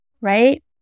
right